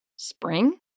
Spring